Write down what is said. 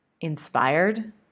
inspired